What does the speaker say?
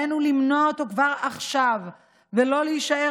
עלינו למנוע אותו כבר עכשיו ולא להישאר